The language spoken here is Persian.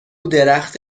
درخت